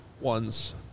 ones